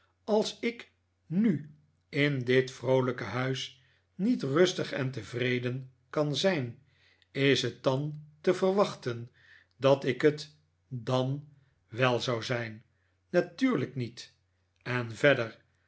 als ik n u in dit vroolijke huis niet rustig en tevreden kan zijn is het dan te verwachten dat ik het dan wel zou zijn natuurlijk niet en verder